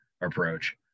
approach